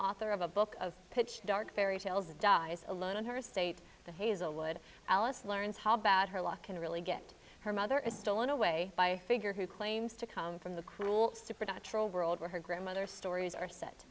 author of a book of pitch dark fairy tales dies alone in her state the hazelwood alice learns how about her luck can really get her mother is stolen away by figure who claims to come from the cruel supernatural world where her grandmother stories are set